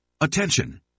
attention